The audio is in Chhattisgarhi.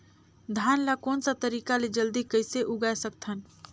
धान ला कोन सा तरीका ले जल्दी कइसे उगाय सकथन?